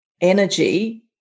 energy